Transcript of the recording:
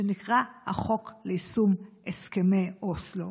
שנקרא "החוק ליישום הסכמי אוסלו".